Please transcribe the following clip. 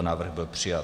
Návrh byl přijat.